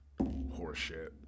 horseshit